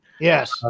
Yes